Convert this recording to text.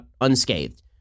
unscathed